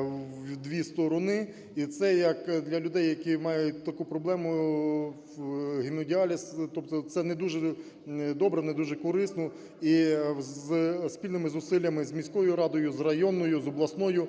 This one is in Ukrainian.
у дві сторони, і це як для людей, які мають таку проблему – гемодіаліз, тобто це не дуже добре, не дуже корисно. І спільними зусиллями з міською радою, з районною, з обласною